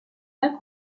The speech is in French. pas